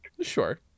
Sure